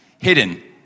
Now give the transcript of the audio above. hidden